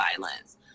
violence